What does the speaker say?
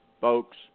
Folks